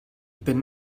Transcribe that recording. bin